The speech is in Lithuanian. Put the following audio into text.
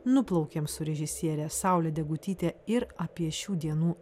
nuplaukėm su režisiere saule degutyte ir apie šių dienų